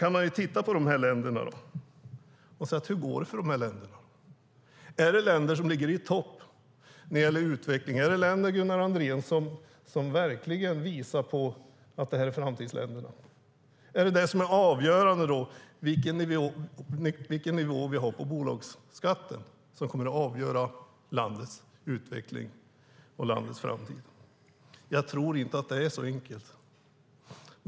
Man kan titta på de här länderna och se hur det går för dem. Är det länder som ligger i topp när det gäller utveckling? Är det framtidsländer, Gunnar Andrén? Är det nivån på bolagsskatten som är avgörande för landets utveckling och framtid? Jag tror inte att det är så enkelt.